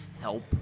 help